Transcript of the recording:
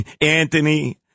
Anthony